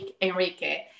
Enrique